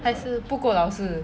还是不够老师